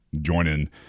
joining